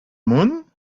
moon